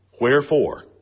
Wherefore